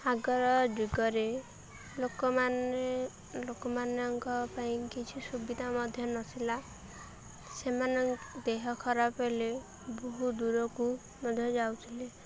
ଆଗର ଯୁଗରେ ଲୋକମାନେ ଲୋକମାନଙ୍କ ପାଇଁ କିଛି ସୁବିଧା ମଧ୍ୟ ନଥିଲା ସେମାନେ ଦେହ ଖରାପ ହେଲେ ବହୁ ଦୂରକୁ ମଧ୍ୟ ଯାଉଥିଲେ